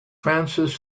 francis